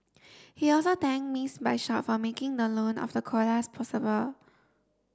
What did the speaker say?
he also thanked Miss Bishop for making the loan of the koalas possible